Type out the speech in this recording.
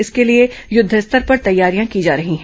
इसके लिए युद्ध स्तर पर तैयारियां की जा रही हैं